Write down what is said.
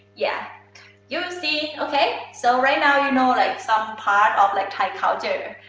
yeah you see okay so right now you know like some part of like thai culture.